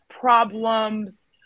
problems